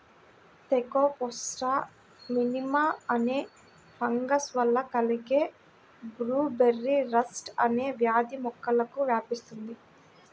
Thekopsora మినిమా అనే fungus వల్ల కలిగే బ్లూబెర్రీ రస్ట్ అనే వ్యాధి మొక్కలకు వ్యాపిస్తుంది